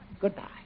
goodbye